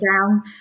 down